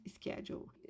schedule